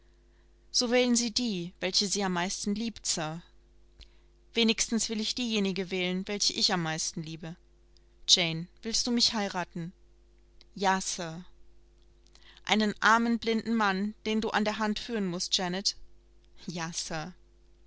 so wählen sie die welche sie am meisten liebt sir wenigstens will ich diejenige wählen welche ich am meisten liebe jane willst du mich heiraten ja sir einen armen blinden mann den du an der hand führen mußt janet